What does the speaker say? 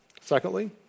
Secondly